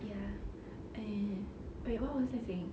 ya and wait what was I saying